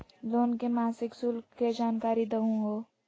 Loan के मासिक शुल्क के जानकारी दहु हो?